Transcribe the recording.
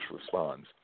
responds